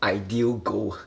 ideal goal